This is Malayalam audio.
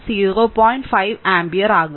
5 ആമ്പിയർ ആകും